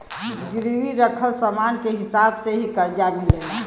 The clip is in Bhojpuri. गिरवी रखल समान के हिसाब से ही करजा मिलेला